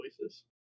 voices